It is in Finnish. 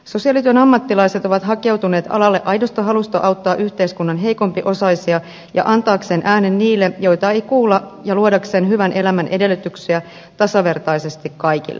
sosiaalityön ammattilaiset ovat hakeutuneet alalle aidosta halusta auttaa yhteiskunnan heikompiosaisia ja antaakseen äänen niille joita ei kuulla ja luodakseen hyvän elämän edellytyksiä tasavertaisesti kaikille